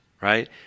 right